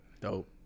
dope